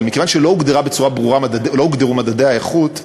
אבל מכיוון שלא הוגדרו בצורה ברורה מדדי האיכות,